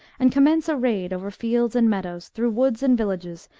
and commence a raid over fields and meadows, through woods and villages,